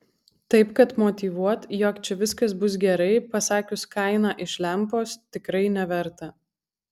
taip kad motyvuot jog čia viskas bus gerai pasakius kainą iš lempos tikrai neverta